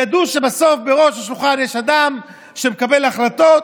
ידעו שבסוף בראש השולחן יש אדם שמקבל החלטות,